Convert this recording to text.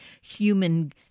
human